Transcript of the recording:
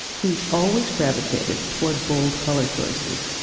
he's always gravitated toward bold color choices.